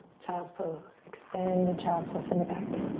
child's pose, extended child's pose, send it back.